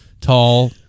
tall